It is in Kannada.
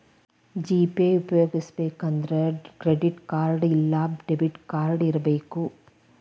ಜಿ.ಪೇ ಉಪ್ಯೊಗಸ್ಬೆಕಂದ್ರ ಕ್ರೆಡಿಟ್ ಕಾರ್ಡ್ ಇಲ್ಲಾ ಡೆಬಿಟ್ ಕಾರ್ಡ್ ಇರಬಕು